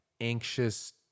anxious